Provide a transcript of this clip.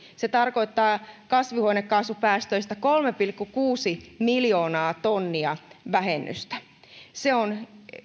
se tarkoittaa kasvihuonekaasupäästöistä kolme pilkku kuusi miljoonaa tonnia vähennystä se on